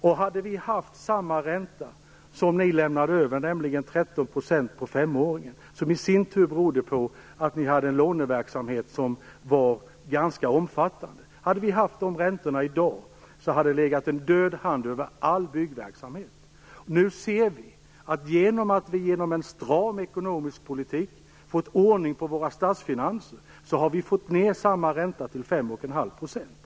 Om vi hade haft samma ränta i dag som den borgerliga regeringen lämnade efter sig, nämligen en femårig ränta på 13 % som i sin tur berodde på en låneverksamhet som var ganska omfattande, hade det legat en död hand över all byggverksamhet. Nu ser vi att vi genom en stram ekonomisk politik fått ordning på våra statsfinanser och fått ned samma ränta till fem och en halv procent.